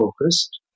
focused